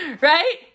right